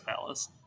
palace